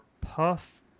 puff